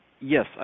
Yes